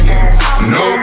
no